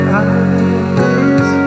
eyes